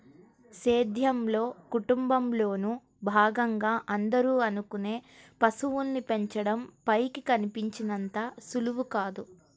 సేద్యంలో, కుటుంబంలోను భాగంగా అందరూ అనుకునే పశువుల్ని పెంచడం పైకి కనిపించినంత సులువు కాదు